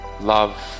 love